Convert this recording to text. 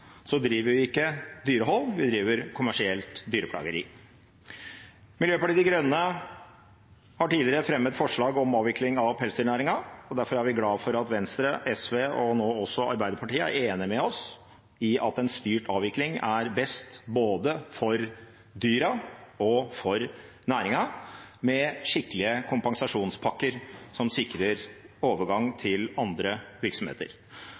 driver vi ikke dyrehold; vi driver kommersielt dyreplageri. Miljøpartiet De Grønne har tidligere fremmet forslag om avvikling av pelsdyrnæringen, og derfor er vi glad for at Venstre, SV og nå også Arbeiderpartiet er enig med oss i at en styrt avvikling er best både for dyrene og for næringen, med skikkelige kompensasjonspakker som sikrer overgang til andre virksomheter.